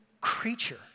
creature